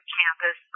campus